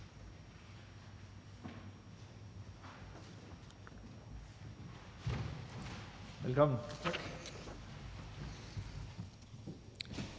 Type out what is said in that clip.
Tak